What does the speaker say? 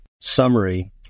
summary